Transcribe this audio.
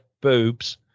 boobs